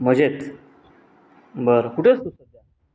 मजेत बरं कुठे आहेस तू सध्या